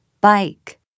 bike